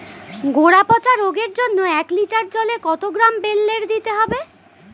গোড়া পচা রোগের জন্য এক লিটার জলে কত গ্রাম বেল্লের দিতে হবে?